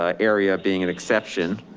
ah area being an exception